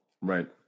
right